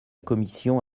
commission